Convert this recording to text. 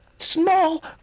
small